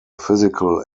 physical